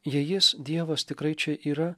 jei jis dievas tikrai čia yra